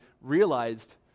realized